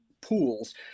pools